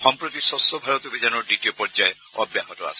সম্প্ৰতি স্বচ্ছ ভাৰত অভিযানৰ দ্বিতীয় পৰ্যায় অব্যাহত আছে